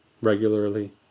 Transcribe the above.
regularly